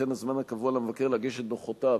וכן הזמן הקבוע למבקר להגיש את דוחותיו,